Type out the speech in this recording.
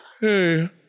Hey